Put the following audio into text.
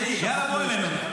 יאללה, בוא אלינו.